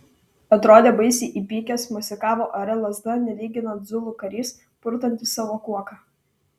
atrodė baisiai įpykęs mosikavo ore lazda nelyginant zulų karys purtantis savo kuoką